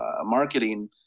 marketing